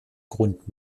grund